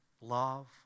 love